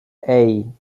hey